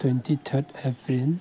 twenty third April